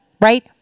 Right